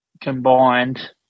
combined